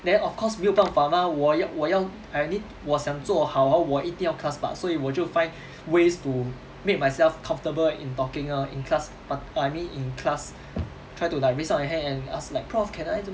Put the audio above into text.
then of course 没有办法 mah 我要我要 I need 我想做好 hor 我一定要 class part 所以我就 find ways to make myself comfortable in talking lor in class part oh I mean in class try to like raise up your hand and ask like prof can I do